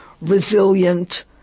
resilient